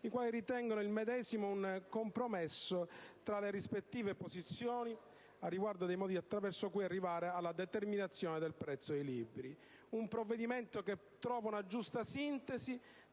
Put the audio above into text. i quali lo ritengono un compromesso tra le rispettive posizioni riguardo ai modi attraverso cui arrivare alla determinazione del prezzo dei libri. È un provvedimento che trova una giusta sintesi